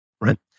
right